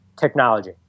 technology